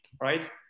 right